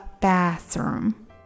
bathroom